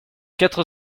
quatre